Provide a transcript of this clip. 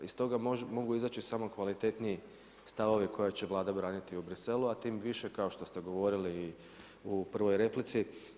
I stoga mogu izaći samo kvalitetniji stavovi koje će Vlada braniti u Bruxellesu, a tim više kao što ste govorili i u prvoj replici.